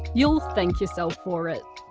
you'll thank yourself for it!